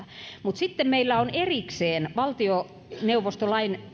mutta sitten meillä on erikseen valtioneuvostolain